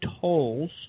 tolls